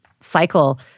cycle